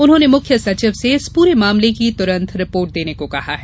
उन्होंने मुख्य सचिव से इस पूरे मामले की तुरंत रिपोर्ट देने को कहा है